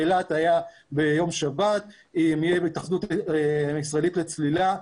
באילת היה ביום שבת עם ההתאחדות הישראלית לצלילה.